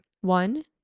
one